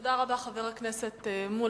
תודה רבה, חבר הכנסת מולה.